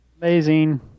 Amazing